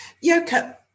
Yoka